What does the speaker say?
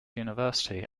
university